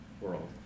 world